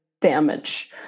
damage